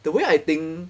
the way I think